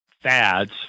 fads